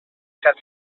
set